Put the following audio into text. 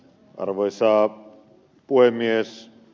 arvoisa puhemies